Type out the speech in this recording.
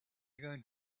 going